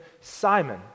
Simon